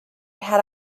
had